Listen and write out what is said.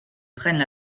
prennent